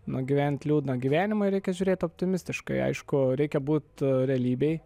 nugyventi liūdną gyvenimą reikia žiūrėti optimistiškai aišku reikia būt realybėj